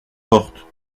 porte